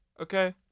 okay